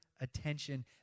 attention